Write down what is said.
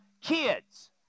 kids